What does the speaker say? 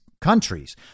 countries